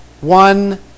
one